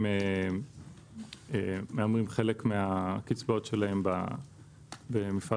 מהמרת על חלק מהקצבאות במפעל